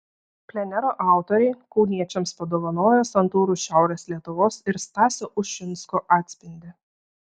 plenero autoriai kauniečiams padovanojo santūrų šiaurės lietuvos ir stasio ušinsko atspindį